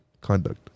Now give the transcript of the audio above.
Conduct